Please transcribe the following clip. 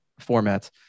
formats